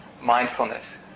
mindfulness